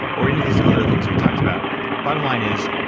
or any of these other things we talked about bottom line is,